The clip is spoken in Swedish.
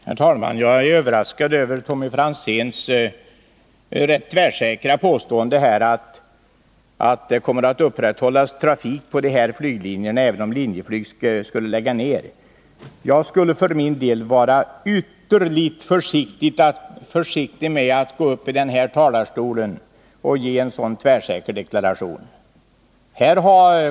Herr talman! Jag är överraskad över Tommy Franzéns rätt tvärsäkra påstående att det kommer att upprätthållas trafik på de flyglinjer vi har talat om även om Linjeflyg skulle lägga ner verksamheten på dessa sträckor. Jag skulle för min del vara ytterligt försiktig med att gå upp här i talarstolen och avge en så tvärsäker deklaration.